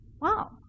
wow